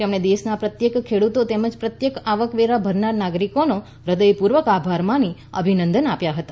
તેમણે દેશના પ્રત્યેક ખેડૂતનો તેમજ પ્રત્યેક આવકવેરો ભરનાર નાગરિકનો હૃદયપૂર્વક આભાર માની અભિનંદન આપ્યા હતા